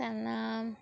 त्यांना